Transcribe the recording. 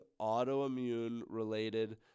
Autoimmune-Related